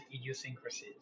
idiosyncrasies